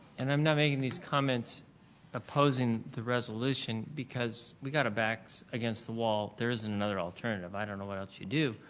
and, i'm not making these comments opposing the resolution because we got our backs against the wall. there isn't another alternative. i don't know what else you do.